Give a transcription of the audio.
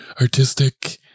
artistic